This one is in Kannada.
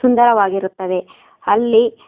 ಸುಂದರವಾಗಿರುತ್ತದೆ ಅಲ್ಲಿ